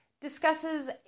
discusses